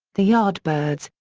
the yardbirds,